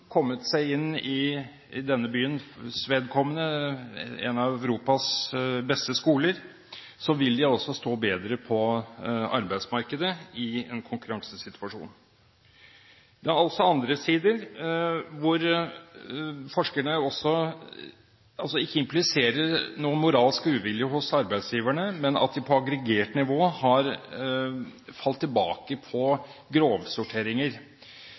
kommet seg inn i for denne byens vedkommende en av Europas beste skoler – vil de altså stå bedre på arbeidsmarkedet i en konkurransesituasjon. Det er også andre sider hvor forskerne ikke impliserer noen moralsk uvilje hos arbeidsgiverne, men at de på aggregert nivå har falt tilbake på grovsorteringer.